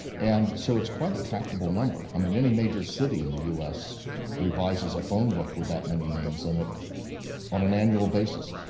and so it's quite a tractable number. um any major city in the us revises a phone book with that many names in it on an annual basis.